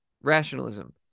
rationalism